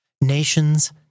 Nations